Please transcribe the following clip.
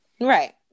right